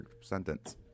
sentence